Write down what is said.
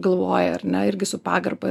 galvoja ar ne irgi su pagarba